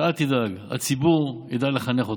אבל אל תדאג, הציבור ידע לחנך אותך.